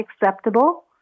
acceptable